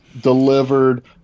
delivered